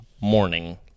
Morning